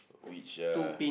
which uh